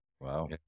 Wow